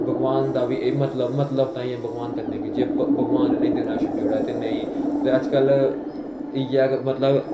भगदान दा बी एह् मतलब कढदे हे भगबान कन्नै बी भगबान इनेंगी देन छड्डी ओड़ै ते एह् अजकल के मतलब